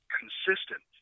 consistent